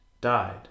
died